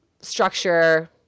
structure